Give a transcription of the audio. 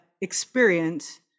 experience